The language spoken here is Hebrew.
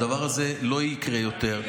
והדבר הזה לא יקרה יותר.